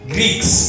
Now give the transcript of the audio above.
Greeks